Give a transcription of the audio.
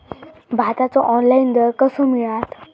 भाताचो ऑनलाइन दर कसो मिळात?